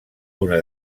una